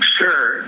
Sure